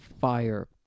fire